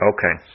Okay